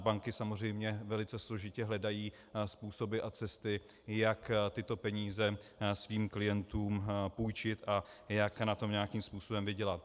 Banky samozřejmě velice složitě hledají způsoby a cesty, jak tyto peníze svým klientům půjčit a jak na tom nějakým způsobem vydělat.